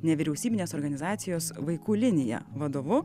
nevyriausybinės organizacijos vaikų linija vadovu